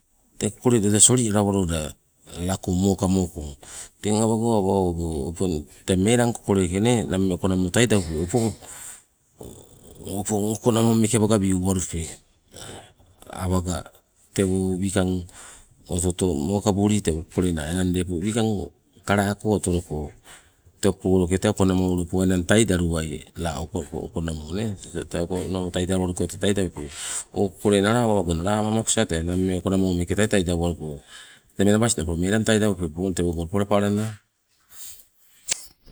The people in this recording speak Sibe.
Tee kokole loida tee solialawaloda lako mokamoko, teng awago awa owepe tee meelang kokoleke nammee okonamo taidaupe opong, opong okonamo meeke awanga wi'uwalupe. Awaga tewo wikang oto oto mokabuli tewo kokolena enang lepo wikang kalako otoloko, tee o poloke tee okonamo powainang tee taidaluwai la okonamo nee, tee ninang lake taiduwaluko tee taidawepe. O kokole nala awa owepe tee ama amakosa tee nammee okonamo meeke taitaidauwaluko tee menabasto opong tee melang taidaupe opong tewogo palapaalana.